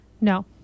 No